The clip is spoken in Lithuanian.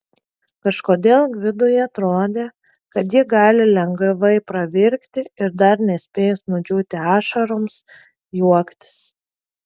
kažkodėl gvidui atrodė kad ji gali lengvai pravirkti ir dar nespėjus nudžiūti ašaroms juoktis